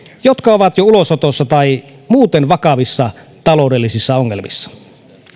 jotka ovat jo ulosotossa tai muuten vakavissa taloudellisissa ongelmissa